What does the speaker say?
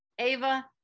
ava